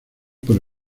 por